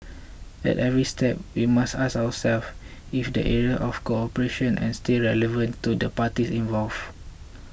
at every step we must ask ourselves if the areas of cooperation is still relevant to the parties involved